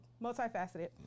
multifaceted